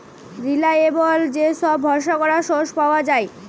reliable যে সব ভরসা করা সোর্স পাওয়া যায়